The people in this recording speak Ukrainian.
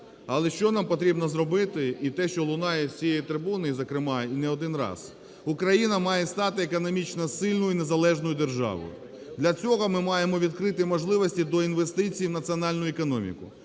Але що нам потрібно зробити, і те, що лунає з цієї трибуни, зокрема, і не один раз. Україна має стати економічно сильною і незалежною державою. Для цього ми маємо відкрити можливості до інвестицій в національну економіку.